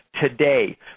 today